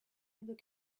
look